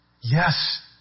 Yes